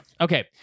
Okay